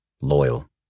Loyal